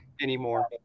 anymore